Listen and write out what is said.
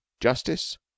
justice